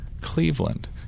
Cleveland—